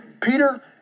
Peter